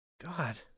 God